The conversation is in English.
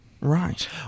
Right